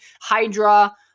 Hydra